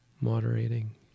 moderating